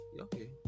Okay